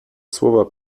słowa